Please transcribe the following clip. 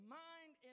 mind